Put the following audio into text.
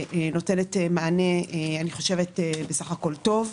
נותנת מענה סך הכול טוב לטעמי.